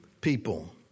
people